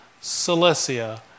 Cilicia